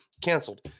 Canceled